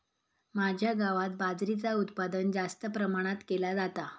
माझ्या गावात बाजरीचा उत्पादन जास्त प्रमाणात केला जाता